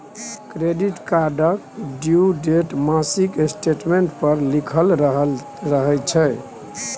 credit कार्डक due date मासिक statement पर लिखल रहय छै